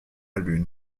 lune